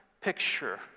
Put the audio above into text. picture